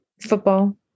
football